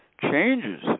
changes